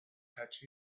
touched